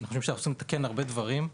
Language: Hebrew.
אנחנו חושבים שצריך לתקן הרבה דברים,